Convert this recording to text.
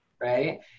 right